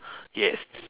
yes